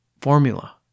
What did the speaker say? formula